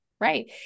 Right